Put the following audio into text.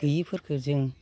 गोयिफोरखौ जों